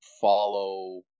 follow